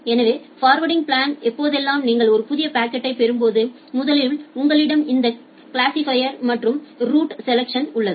எனவே forwarding plane எப்போதெல்லாம் நீங்கள் ஒரு புதிய பாக்கெட்களை பெறும்போது முதலில் உங்களிடம் இந்த கிளாசிபைர் மற்றும் ரூட் செலேச்டின் உள்ளது